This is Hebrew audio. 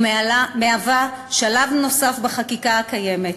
היא מהווה שלב נוסף בחקיקה הקיימת,